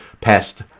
passed